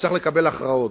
צריך לקבל הכרעות.